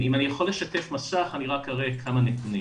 העברתי נתונים